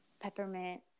peppermint